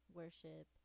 worship